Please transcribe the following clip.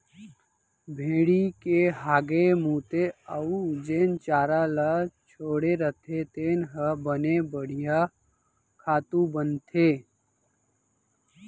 भेड़ी के हागे मूते अउ जेन चारा ल छोड़े रथें तेन ह बने बड़िहा खातू बनथे